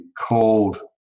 called